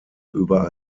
über